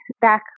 back